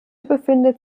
befindet